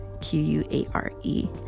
Q-U-A-R-E